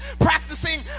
practicing